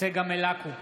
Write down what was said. צגה מלקו,